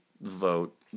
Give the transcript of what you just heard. vote